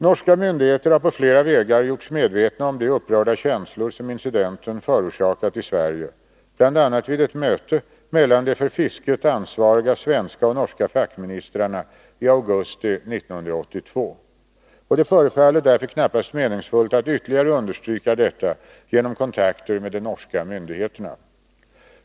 Norska myndigheter har på flera vägar gjorts medvetna om de upprörda känslor som incidenten förorsakat i Sverige, bl.a. vid ett möte mellan de för fisket ansvariga svenska och norska fackministrarna i augusti 1982, och det förefaller därför knappast meningsfullt att ytterligare understryka detta genom kontakter med de norska myndigheterna.